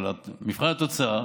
אבל במבחן התוצאה